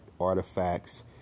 artifacts